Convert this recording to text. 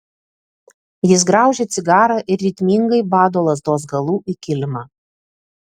jis graužia cigarą ir ritmingai bado lazdos galu į kilimą